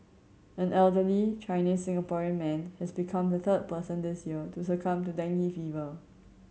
an elderly Chinese Singaporean man has become the third person this year to succumb to dengue fever